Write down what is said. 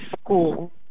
school